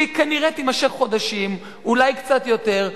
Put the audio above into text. שהיא כנראה תימשך חודשים, אולי קצת יותר,